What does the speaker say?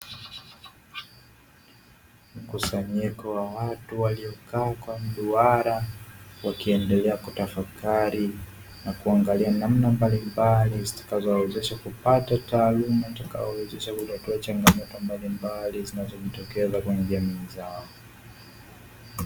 Mkusanyiko wa watu waliokaa kwa mduara, wakiendelea kutafakari na kuangalia namna mbalimbali zitakazowawezesha kupata taaluma, itakayo wawezesha kutatua changamoto mbalimbali zinazojitokeza katika kwenye jamii zao.